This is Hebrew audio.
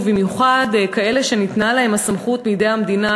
ובמיוחד כאלה שניתנה להם הסמכות בידי המדינה,